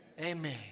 Amen